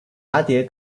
蛱蝶